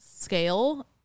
scale